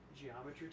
geometry